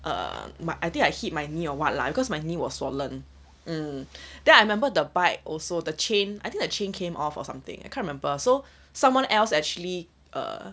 err but I think I hit my knee or what lah because my knee was swollen mm and then I remember the bike also the chain I think the chain came off or something I can't remember so someone else actually err